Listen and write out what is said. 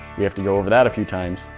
we have to go over that a few times.